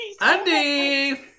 Andy